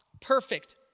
Perfect